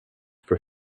for